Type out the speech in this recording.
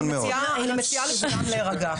אני מציעה לכולם להירגע.